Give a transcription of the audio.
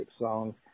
songs